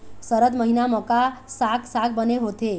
सरद महीना म का साक साग बने होथे?